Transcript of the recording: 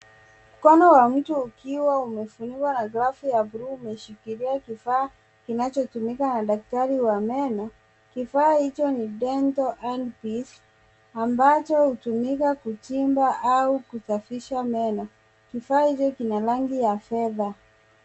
Mkono wa mtu ukiwa umefungwa na glavu ya bluu kimeshikilia kifaa kinachotumiwa na daktari wa meno. Kifaa hicho ni dental handpiece ambacho hutumika kuchimba au kusafisha meno. Kifaa hicho kina rangi ya fedha.